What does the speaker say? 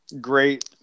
great